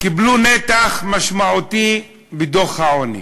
קיבלו נתח משמעותי בדוח העוני,